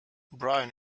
brian